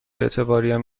اعتباریم